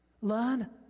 Learn